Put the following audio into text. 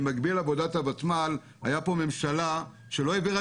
במקביל לעבודת הוותמ"ל הייתה פה ממשלה שלא העבירה